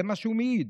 זה מה שהוא מעיד.